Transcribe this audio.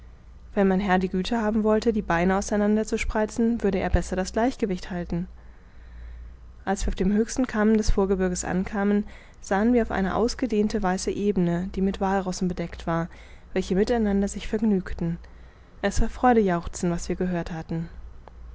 wenn mein herr die güte haben wollte die beine auseinander zu spreizen würde er besser das gleichgewicht halten als wir auf dem höchsten kamm des vorgebirges ankamen sahen wir auf eine ausgedehnte weiße ebene die mit wallrossen bedeckt war welche miteinander sich vergnügten es war freudejauchzen was wir gehört hatten